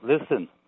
Listen